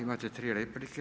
Imate tri replike.